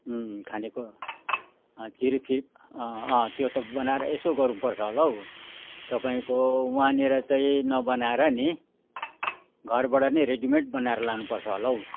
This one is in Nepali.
उम् उम् खानेको अँ चिरिपसिरिप अँ अँ त्यो त बनाएर यसो गर्नुपर्छ होला हौ तपाईँको वहाँनिर चाहिँ नबनाएर नि घरबाट नै रेडिमेट बनाएर लानुपर्छ होला हौ